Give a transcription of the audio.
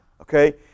okay